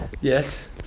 Yes